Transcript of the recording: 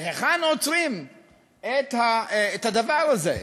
אז היכן עוצרים את הדבר הזה?